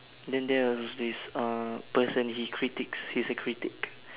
then there was this uh person he critiques he's a critic